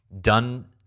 done